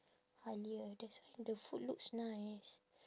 Halia that's why the food looks nice